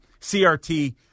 CRT